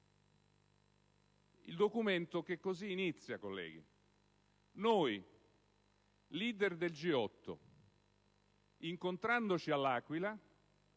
al documento che così inizia: «Noi leader del G8, incontrandoci all'Aquila,